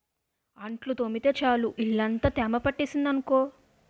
అంట్లు తోమితే చాలు ఇల్లంతా తేమ పట్టేసింది అనుకో